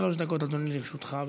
שלוש דקות, אדוני, לרשותך.